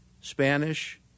Spanish